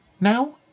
now